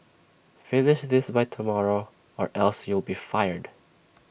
finish this by tomorrow or else you'll be fired